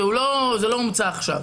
זה לא הומצא עכשיו.